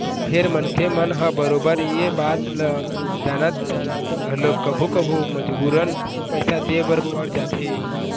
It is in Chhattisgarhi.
फेर मनखे मन ह बरोबर ये बात ल जानत जानत घलोक कभू कभू मजबूरन पइसा दे बर पड़ जाथे